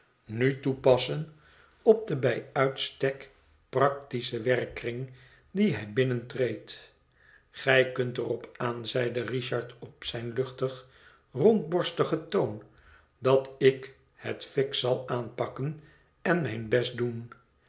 nu toepassen op den bij uitstek practischen werkkring dien hij binnentreedt gij kunt er op aan zeide richard op zijn luchtig rondborstigen toon dat ik het fiks zal aanpakken en mijn best doen